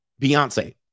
Beyonce